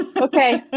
Okay